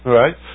right